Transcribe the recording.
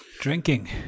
Drinking